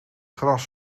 gras